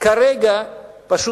כרגע, פשוט